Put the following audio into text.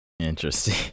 interesting